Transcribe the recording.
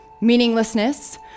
Meaninglessness